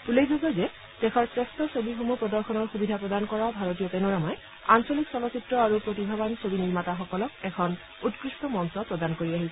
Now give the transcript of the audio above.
উল্লেখযোগ্য যে দেশৰ শ্ৰেষ্ঠ ছবিসমূহ প্ৰদৰ্শনৰ সুবিধা প্ৰদান কৰা ভাৰতীয় পেনোৰামাই আঞ্চলিক চলচ্চিত্ৰ আৰু প্ৰতিভাৱান ছবি নিৰ্মাতাসকলক এখন উৎকৃষ্ট মঞ্চ প্ৰদান কৰি আহিছে